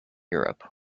europe